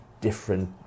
different